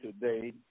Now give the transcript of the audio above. today